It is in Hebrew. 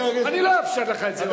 אני לא אאפשר לך את זה.